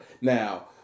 Now